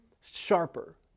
sharper